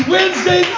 Wednesday